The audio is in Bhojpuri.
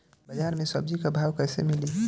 बाजार मे सब्जी क भाव कैसे मिली?